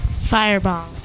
Firebomb